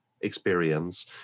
experience